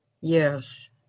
Yes